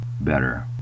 better